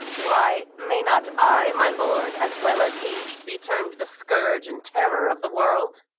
why may not i, my lord, as well as he, be term'd the scourge and terror of the world?